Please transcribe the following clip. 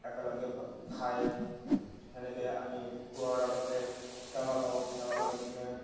একেলগে খাই সেনেকেই আমি খোৱাৰ আগতে সেৱা লওঁ সেৱা লৈ পিনে